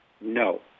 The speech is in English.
no